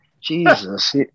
Jesus